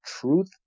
truth